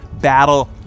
battle